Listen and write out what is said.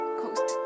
coast